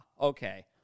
okay